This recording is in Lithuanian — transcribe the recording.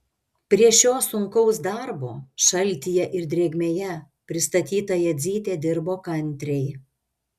prie šio sunkaus darbo šaltyje ir drėgmėje pristatyta jadzytė dirbo kantriai